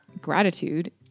gratitude